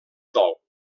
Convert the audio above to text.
dol